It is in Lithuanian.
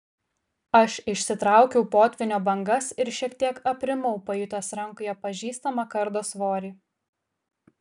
aš išsitraukiau potvynio bangas ir šiek tiek aprimau pajutęs rankoje pažįstamą kardo svorį